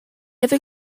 ever